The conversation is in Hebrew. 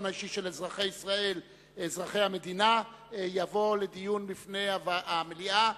האישי של אזרחי המדינה יבוא לדיון בפני המליאה.